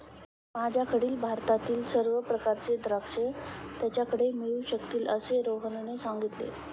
माझ्याकडील भारतातील सर्व प्रकारची द्राक्षे त्याच्याकडे मिळू शकतील असे रोहनने सांगितले